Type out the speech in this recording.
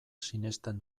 sinesten